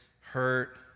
hurt